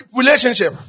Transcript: relationship